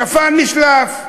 שפן נשלף.